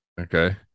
Okay